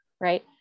right